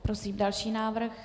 Prosím další návrh.